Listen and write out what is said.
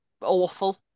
awful